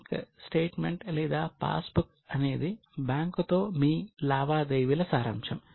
bank statement లేదా passbook అనేది బ్యాంకుతో మీ లావాదేవీల సారాంశం